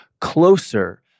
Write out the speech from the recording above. closer